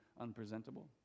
unpresentable